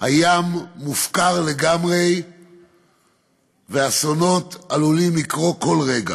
הים מופקר לגמרי ואסונות עלולים לקרות כל רגע.